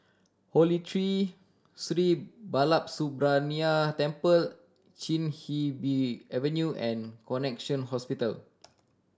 Holy Tree Sri Balasubramaniar Temple Chin He Bee Avenue and Connexion Hospital